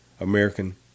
American